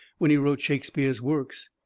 when he wrote shakespeare's works,